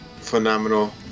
Phenomenal